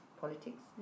politics